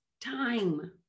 time